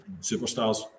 superstars